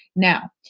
now,